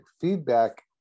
feedback